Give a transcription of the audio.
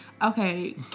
okay